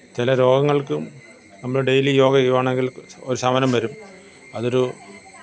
ചില രോഗങ്ങള്ക്കും നമ്മള് ഡെയിലി യോഗാ ചെയ്യുകയാണെങ്കില് ഒരു ശമനം വരും അതൊരു